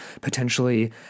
potentially